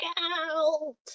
out